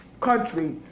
country